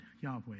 Yahweh